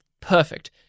Perfect